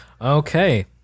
Okay